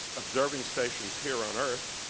observing stations here on earth,